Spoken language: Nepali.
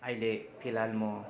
अहिले फिलहाल म